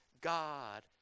God